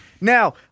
Now